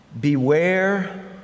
Beware